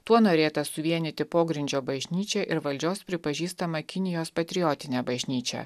tuo norėta suvienyti pogrindžio bažnyčią ir valdžios pripažįstamą kinijos patriotinę bažnyčią